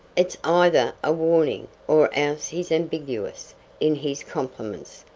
it's either a warning, or else he's ambiguous in his compliments,